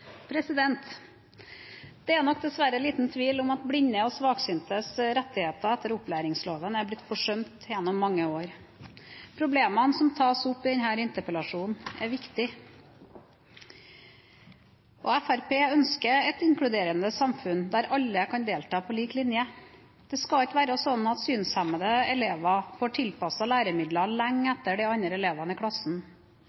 blitt forsømt gjennom mange år. Problemene som tas opp i denne interpellasjonen, er viktige. Fremskrittspartiet ønsker et inkluderende samfunn der alle kan delta på lik linje. Det skal ikke være slik at synshemmede elever får tilpassede læremidler lenge